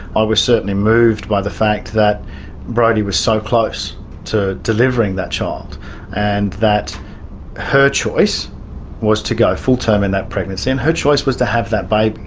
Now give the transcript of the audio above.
i was certainly moved by the fact that brodie was so close to delivering that child and that her choice was to go full term in that pregnancy and her choice was to have that baby.